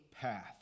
path